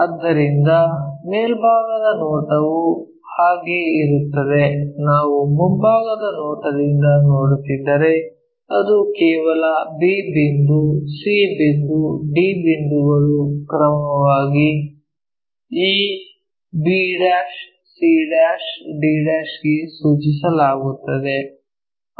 ಆದ್ದರಿಂದ ಮೇಲ್ಭಾಗದ ನೋಟವು ಹಾಗೆ ಇರುತ್ತದೆ ನಾವು ಮುಂಭಾಗದ ನೋಟದಿಂದ ನೋಡುತ್ತಿದ್ದರೆ ಅದು ಕೇವಲ b ಬಿಂದು c ಬಿಂದು d ಬಿಂದು ಗಳು ಕ್ರಮವಾಗಿ ಈ b c d ಗೆ ಸೂಚಿಸಲಾಗುತ್ತದೆ